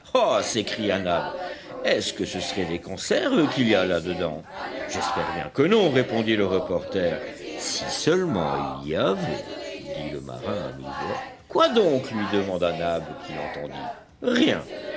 l'abri de l'humidité ah s'écria nab est-ce que ce seraient des conserves qu'il y a là dedans j'espère bien que non répondit le reporter si seulement il y avait dit le marin à mi-voix quoi donc lui demanda nab qui l'entendit rien